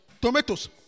Tomatoes